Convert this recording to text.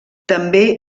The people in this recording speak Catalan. també